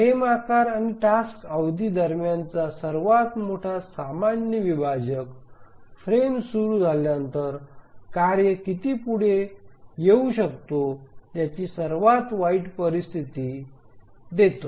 frame आकार आणि task अवधी दरम्यानचा सर्वात मोठा सामान्य विभाजक फ्रेम सुरू झाल्यानंतर कार्य किती पुढे येऊ शकतो याची सर्वात वाईट परिस्थिती देतो